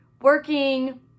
working